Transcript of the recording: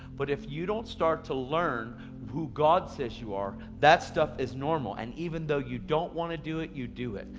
but if you don't start to learn who god says you are, that stuff is normal. and even though you don't want to do it, you do it.